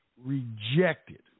rejected